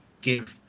give